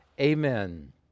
Amen